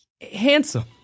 handsome